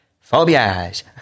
phobias